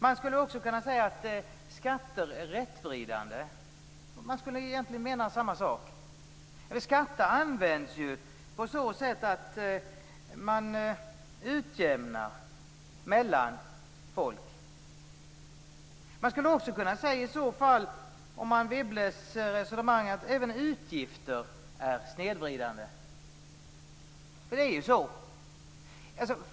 Man skulle också kunna säga att skatter är rättvridande och egentligen mena samma sak. Skatter används ju på så sätt att de utjämnar mellan människor. Man skulle med Anne Wibbles resonemang kunna säga att även utgifter är snedvridande.